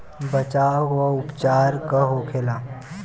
बचाव व उपचार का होखेला?